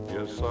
Yes